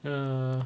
err